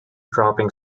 dropping